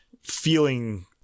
feeling